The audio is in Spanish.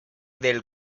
del